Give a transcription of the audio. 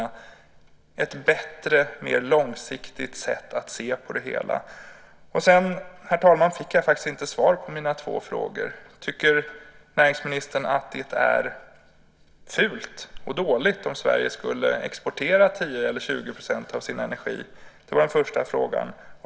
Det handlar om ett bättre och mer långsiktigt sätt att se på det hela. Sedan, herr talman, fick jag faktiskt inte svar på mina två frågor: Tycker näringsministern att det är fult och dåligt om Sverige skulle exportera 10 eller 20 % av sin energi? Det var den första frågan.